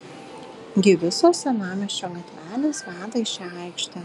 gi visos senamiesčio gatvelės veda į šią aikštę